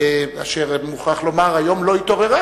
אשר אני מוכרח לומר שהיום לא התעוררה,